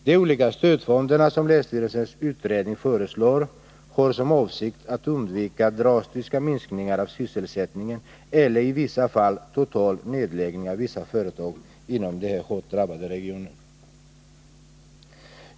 De olika stödformer som föreslås i länsstyrelsens utredning syftar till undvikande av drastiska minskningar i sysselsättningen eller i vissa fall av total nedläggning av vissa företag inom den hårt drabbade regionen.